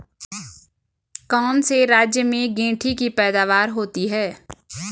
कौन से राज्य में गेंठी की पैदावार होती है?